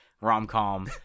rom-com